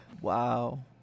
wow